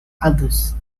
others